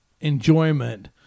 enjoyment